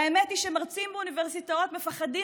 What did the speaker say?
האמת היא שמרצים באוניברסיטאות מפחדים